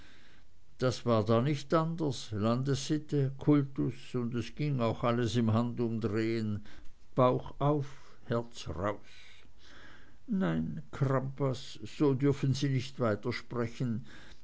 das war da nicht anders landessitte kultus und ging auch alles im handumdrehen bauch auf herz raus nein crampas so dürfen sie nicht